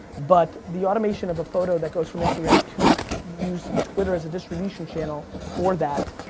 but the automation of a photo that goes from instagram to use twitter as a distribution channel for that,